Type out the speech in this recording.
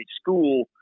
school